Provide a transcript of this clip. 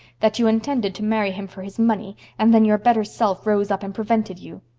that you intended to marry him for his money, and then your better self rose up and prevented you.